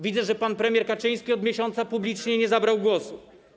Widzę, że pan premier Kaczyński od miesiąca publicznie nie zabrał głosu.